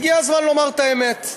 הגיע הזמן לומר את האמת.